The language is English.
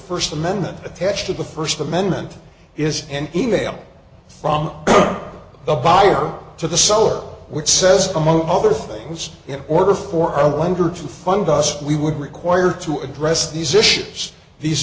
first amendment attached to the first amendment is an email from the buyer to the seller which says among other things in order for i wonder to find us we would require to address these issues these